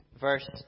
verse